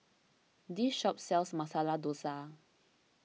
this shop sells Masala Dosa